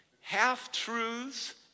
Half-truths